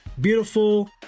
beautiful